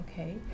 Okay